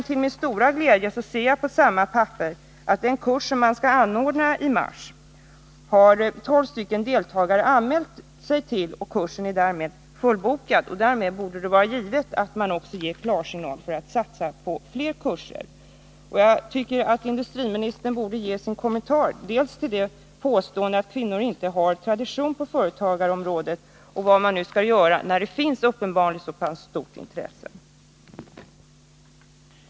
Till min stora glädje ser jag på samma papper att tolv deltagare anmält sig till den kurs som man skall anordna i mars. Kursen är därmed fullbokad. Därmed borde det också vara givet att man ger klarsignal för att satsa på fler. Nr 32 kurser. Jag tycker att industriministern borde ge sin kommentar till Måndagen den påståendet att kvinnor inte har någon tradition på företagarområdet och 24 november 1980 även ge sin syn på vad man bör göra när det uppenbarligen finns ett så pass stort intresse. Om stöd till kvinnor för nyetable